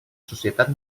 societat